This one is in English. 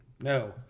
no